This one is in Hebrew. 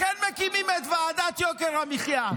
לכן מקימים את ועדת יוקר המחיה,